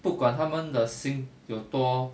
不管她们的心有多